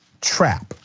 trap